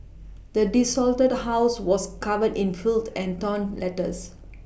the desolated house was covered in filth and torn letters